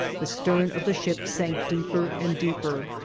the stern of the ship sank deeper and deeper,